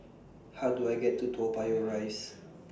How Do I get to Toa Payoh Rise